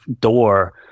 door